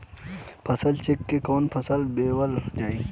फसल चेकं से कवन फसल बोवल जाई?